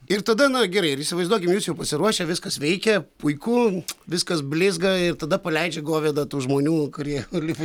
ir tada na gerai ir įsivaizduokim jūs jau pasiruošę viskas veikia puiku viskas blizga ir tada paleidžia govėdą tų žmonių kurie lipa